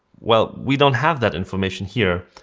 well, we don't have that information here.